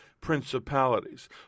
principalities